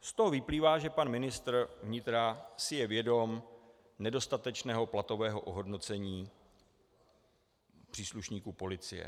Z toho vyplývá, že pan ministr vnitra si je vědom nedostatečného platového ohodnocení příslušníků policie.